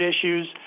issues